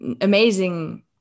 amazing